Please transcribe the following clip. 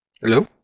Hello